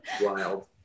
Wild